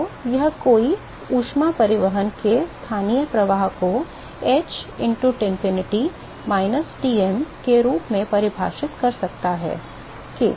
तो अब कोई ऊष्मा परिवहन के स्थानीय प्रवाह को h into Tinfinity minus ™ के रूप में परिभाषित कर सकता है कि